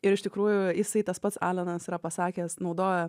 ir iš tikrųjų jisai tas pats alenas yra pasakęs naudoja